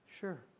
sure